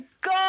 God